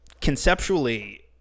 conceptually